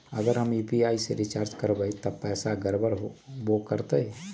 अगर हम यू.पी.आई से रिचार्ज करबै त पैसा गड़बड़ाई वो करतई?